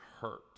hurt